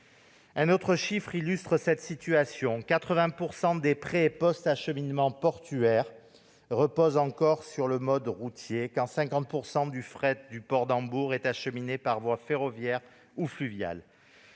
Un autre chiffre illustre cette situation : 80 % des pré-et post-acheminements portuaires reposent encore sur le mode routier, quand 50 % du fret du port d'Hambourg est acheminé par voie ferroviaire ou fluviale.